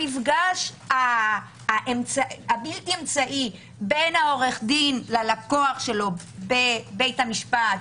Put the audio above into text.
המפגש הבלתי אמצעי בין עורך הדין ללקוח שלו בבית המשפט,